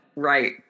Right